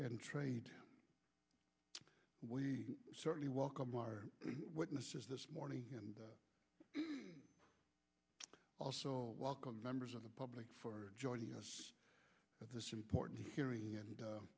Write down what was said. and trade we certainly welcome our witnesses this morning and also welcome members of the public for joining us at this important hearing and